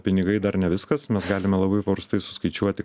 pinigai dar ne viskas mes galime labai paprastai suskaičiuoti